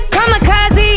Kamikaze